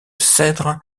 cèdre